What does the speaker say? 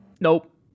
Nope